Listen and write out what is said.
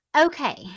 okay